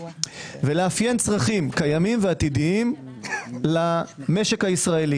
ולאפיין צרכים קיימים ועתידיים למשק הישראלי.